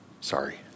Sorry